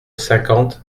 cinquante